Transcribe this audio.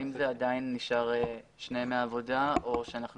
האם זה עדיין נשאר שני ימי עבודה או שאנחנו